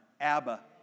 Abba